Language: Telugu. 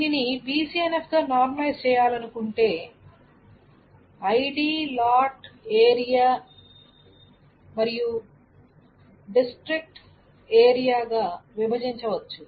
దీనిని BCNF గా నార్మలైజ్ చేయాలనుకుంటే ఐడి లాట్ ఏరియా మరియు జిల్లా ప్రాంతం గా విభజించవచ్చు